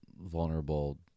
vulnerable